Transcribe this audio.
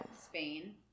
Spain